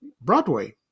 broadway